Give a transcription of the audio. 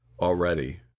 already